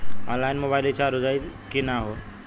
Online mobile recharge हो जाई की ना हो?